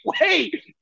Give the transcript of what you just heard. wait